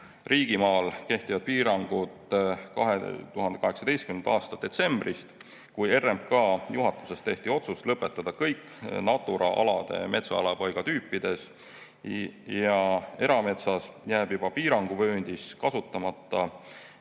riigimaal kehtivad piirangud 2018. aasta detsembrist, kui RMK juhatuses tehti otsus lõpetada kõik Natura alade metsaelupaigatüüpides ja erametsas –, jääb juba piiranguvööndis kasutamata